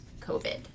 COVID